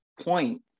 point